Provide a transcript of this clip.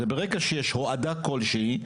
זה ברגע שיש הורדה כלשהי,